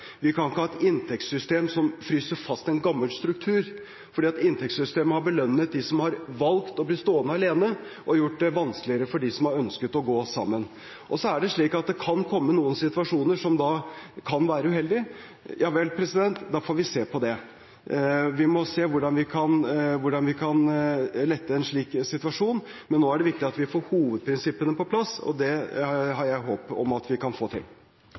Vi kan ikke ha et inntektssystem som fryser fast en gammel struktur. Inntektssystemet har belønnet dem som har valgt å bli stående alene, og gjort det vanskeligere for dem som har ønsket å gå sammen. Så er det slik at det kan oppstå noen situasjoner som kan være uheldig. Ja vel, da får vi se på det, vi må se hvordan vi kan lette en slik situasjon. Men nå er det viktig at vi får hovedprinsippene på plass, og det har jeg håp om at vi kan få til.